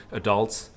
adults